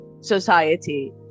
society